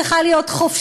צריכה להיות חופשית,